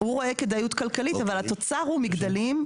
הוא רואה כדאיות כלכלית אבל התוצר הוא מגדלים,